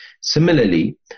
Similarly